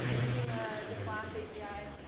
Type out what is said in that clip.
using the the flash api.